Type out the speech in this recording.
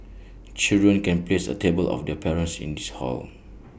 children can place A tablet of their parents in this hall